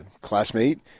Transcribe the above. classmate